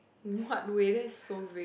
what way that so weird